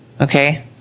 okay